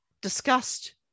discussed